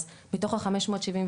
אז מתוך ה- 577,